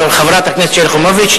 חברת הכנסת שלי יחימוביץ,